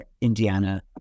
Indiana